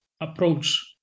approach